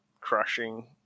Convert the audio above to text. crushing